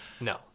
No